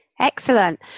Excellent